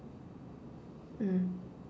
mm